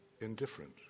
indifferent